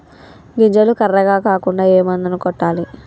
గింజలు కర్రెగ కాకుండా ఏ మందును కొట్టాలి?